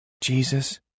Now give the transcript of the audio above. Jesus